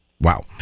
wow